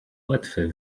płetwy